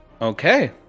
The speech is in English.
Okay